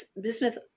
bismuth